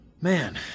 Man